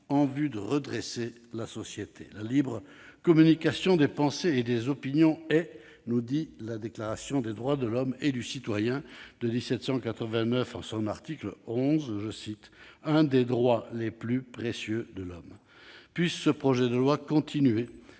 en vue de redresser la société. « La libre communication des pensées et des opinions est », indique la Déclaration des droits de l'homme et du citoyen de 1789, en son article 11, « un des droits les plus précieux de l'Homme ».